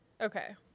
Okay